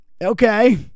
Okay